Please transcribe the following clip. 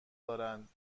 دارند